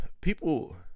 people